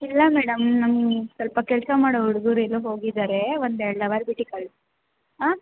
ಇಲ್ಲ ಮೇಡಮ್ ನಮ್ಮ ಸ್ವಲ್ಪ ಕೆಲಸ ಮಾಡೋ ಹುಡ್ಗುರ್ ಎಲ್ಲೋ ಹೋಗಿದ್ದಾರೆ ಒಂದು ಎರಡು ಅವರ್ ಬಿಟ್ಟು ಕಳ್ಸಿ ಹಾಂ